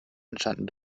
entstanden